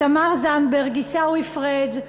תמר זנדברג, עיסאווי פריג'.